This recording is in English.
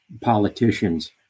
politicians